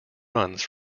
runs